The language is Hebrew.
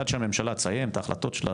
עד שהממשלה תסיים את ההחלטות שלה,